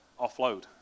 offload